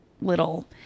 little